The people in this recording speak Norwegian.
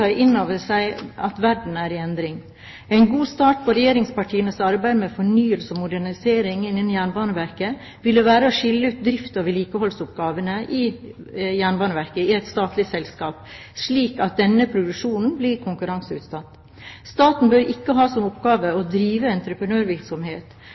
i endring. En god start på regjeringspartienes arbeid med fornyelse og modernisering innen Jernbaneverket ville være å skille ut driften og vedlikeholdsoppgavene i Jernbaneverket i et statlig selskap slik at denne produksjonen blir konkurranseutsatt. Staten bør ikke ha som oppgave